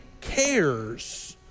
cares